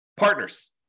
Partners